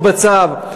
או בצו,